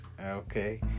Okay